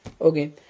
Okay